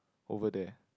over there